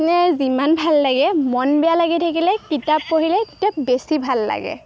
ইনেই যিমান ভাল লাগে মন বেয়া লাগি থাকিলে কিতাপ পঢ়িলে তেতিয়া বেছি ভাল লাগে